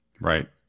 Right